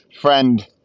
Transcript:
friend